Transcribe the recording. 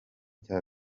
cya